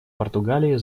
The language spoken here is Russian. португалии